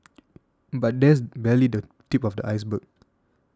but that's barely the tip of the iceberg